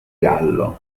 gallo